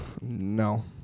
No